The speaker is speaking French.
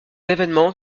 événement